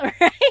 Right